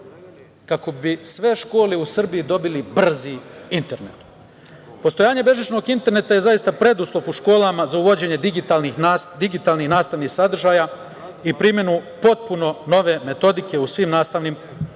kako bi sve škole u Srbiji dobile brzi internet. Postojanje bežičnog interneta je zaista preduslov u školama za uvođenje digitalnih nastavnih sadržaja i primenu potpuno nove metodike u svim nastavnim predmetima,